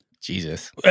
jesus